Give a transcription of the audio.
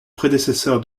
prédécesseur